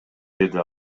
деди